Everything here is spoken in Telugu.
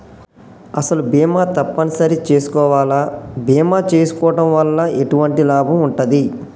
అసలు బీమా తప్పని సరి చేసుకోవాలా? బీమా చేసుకోవడం వల్ల ఎటువంటి లాభం ఉంటది?